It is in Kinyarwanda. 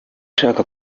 ushaka